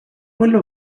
vuelva